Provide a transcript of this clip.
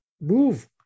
move